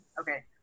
Okay